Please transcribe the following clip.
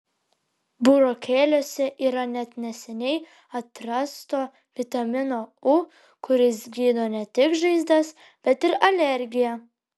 burokėliuose yra net neseniai atrasto vitamino u kuris gydo ne tik žaizdas bet ir alergiją